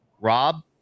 Rob